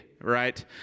right